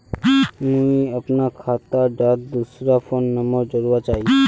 मुई अपना खाता डात दूसरा फोन नंबर जोड़वा चाहची?